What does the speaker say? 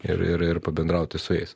ir ir ir pabendrauti su jais